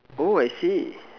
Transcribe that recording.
oh I see